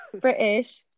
british